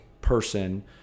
person